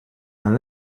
and